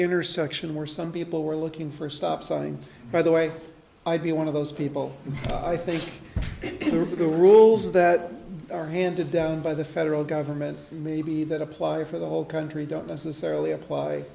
intersection where some people were looking for a stop sign by the way i'd be one of those people i think it would be the rules that are handed down by the federal government maybe that apply for the whole country don't necessarily apply